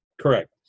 correct